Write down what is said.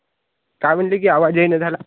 काय म्हटले की आवाज येईना झाला